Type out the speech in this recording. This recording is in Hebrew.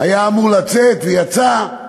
כבר היה אמור לצאת, ויצא.